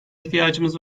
ihtiyacımız